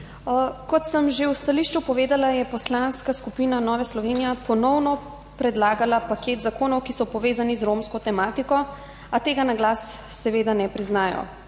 Kot sem že v stališču povedala, je Poslanska skupina Nova Slovenija ponovno predlagala paket zakonov, ki so povezani z romsko tematiko, a tega na glas seveda ne priznajo.